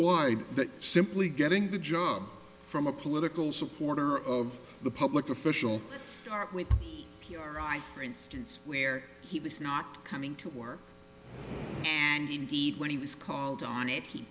wide that simply getting the job from a political supporter of the public official let's start with p r i for instance where he was not coming to work and indeed when he was called on it he